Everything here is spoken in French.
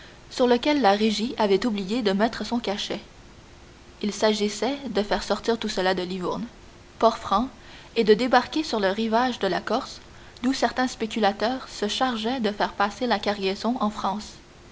sur lequel la régie avait oublié de mettre son cachet il s'agissait de faire sortir tout cela de livourne port franc et de débarquer sur le rivage de la corse d'où certains spéculateurs se chargeaient de faire passer la cargaison en france